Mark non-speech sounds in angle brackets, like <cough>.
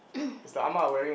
<coughs>